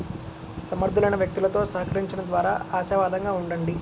సమర్థులైన వ్యక్తులతో సహకరించండం ద్వారా ఆశావాదంగా ఉండండి